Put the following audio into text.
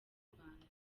rwanda